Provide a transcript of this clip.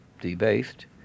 debased